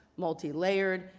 multi-layered,